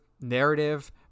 narrative